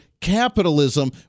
capitalism